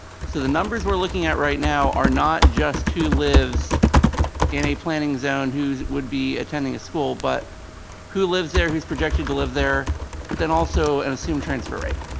so the numbers we're looking at right now are not just who lives in a planning zone, who would be attending a school but who lives there, who's projected to live there but then also an assumed transfer rate